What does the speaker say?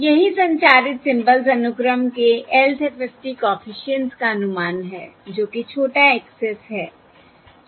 यही संचारित सिंबल्स अनुक्रम के lth FFT कॉफिशिएंट्स का अनुमान है जो कि छोटा x s है ठीक है